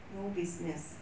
no business